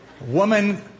Woman